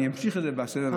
אני אמשיך את זה בסבב הבא.